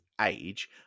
age